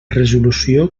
resolució